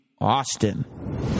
Austin